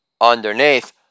underneath